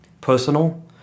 personal